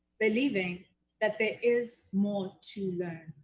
believing that there is more to